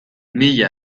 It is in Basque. mila